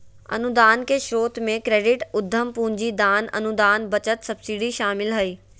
अनुदान के स्रोत मे क्रेडिट, उधम पूंजी, दान, अनुदान, बचत, सब्सिडी शामिल हय